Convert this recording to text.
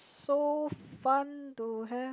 so fun to have